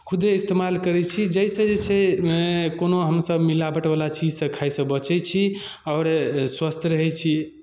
खुदे इस्तेमाल करै छी जाहिसँ जे छै कोनो हमसभ मिलावटवला चीजसभ खाइसँ बचै छी आओर स्वस्थ रहै छी